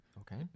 Okay